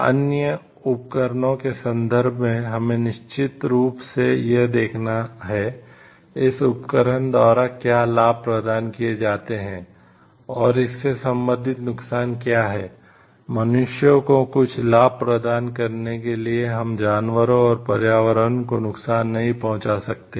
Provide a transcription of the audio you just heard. अन्य उपकरणों के संदर्भ में हमें निश्चित रूप से यह देखना है इस उपकरण द्वारा क्या लाभ प्रदान किए जाते हैं और इससे संबंधित नुकसान क्या है मनुष्यों को कुछ लाभ प्रदान करने के लिए हम जानवरों और पर्यावरण को नुकसान नहीं पहुंचा सकते हैं